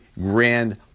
grand